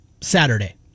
Saturday